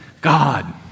God